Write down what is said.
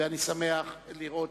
ואני שמח לראות